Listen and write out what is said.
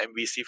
MVC